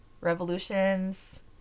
revolutions